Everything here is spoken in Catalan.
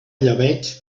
llebeig